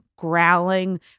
growling